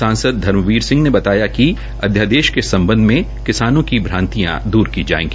सांसद धर्मबीर सिंह ने बताया कि अध्यादेश के सम्बध किसानों की भ्रांतियां दूर की जायेगी